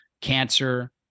cancer